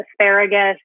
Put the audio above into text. asparagus